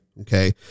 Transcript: Okay